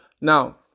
Now